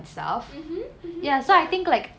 mmhmm mmhmm ya